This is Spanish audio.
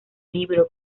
libro